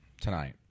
tonight